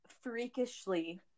freakishly